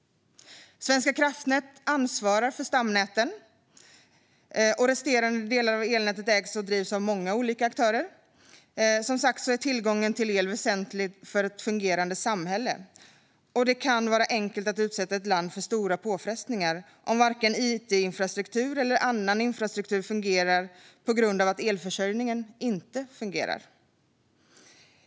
Svenska kraftnät ansvarar för stamnätet. Resterande delar av elnätet ägs och drivs av många olika aktörer. Tillgången till el är som sagt var väsentlig för ett fungerande samhälle. Det kan vara enkelt att utsätta ett land för stora påfrestningar om varken it-infrastruktur eller annan infrastruktur fungerar på grund av att elförsörjningen inte fungerar.